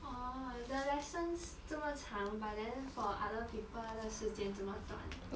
orh the lessons 这么长 but then for other people 的时间这么短